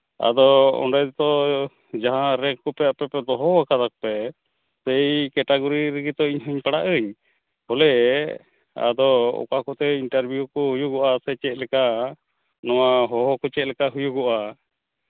ᱟᱫᱚ ᱚᱸᱰᱮ ᱛᱚ ᱡᱟᱦᱟᱸ ᱨᱮᱠ ᱠᱚᱯᱮ ᱟᱯᱮ ᱯᱮ ᱫᱚᱦᱚ ᱠᱟᱫᱟ ᱥᱮ ᱮᱭ ᱠᱮᱴᱟᱜᱳᱨᱤ ᱨᱮᱜᱮ ᱛᱚ ᱤᱧ ᱦᱚᱧ ᱯᱟᱲᱟᱜ ᱟᱹᱧ ᱵᱚᱞᱮ ᱟᱫᱚ ᱚᱠᱟ ᱠᱚᱛᱮ ᱤᱱᱟᱨᱵᱷᱤᱭᱩ ᱠᱚ ᱦᱩᱭᱩᱜᱚᱜᱼᱟ ᱥᱮ ᱪᱮᱫ ᱞᱮᱠᱟ ᱱᱚᱣᱟ ᱦᱚᱦᱚ ᱠᱚ ᱪᱮᱫ ᱞᱮᱠᱟ ᱦᱩᱭᱩᱜᱚᱜᱼᱟ